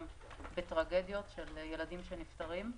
גם בטרגדיות של ילדים שנפטרים.